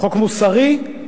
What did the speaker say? חוק מוסרי,